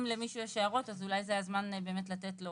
למישהו יש הערות אז אולי זה הזמן באמת לתת לו,